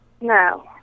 No